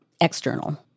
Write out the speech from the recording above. external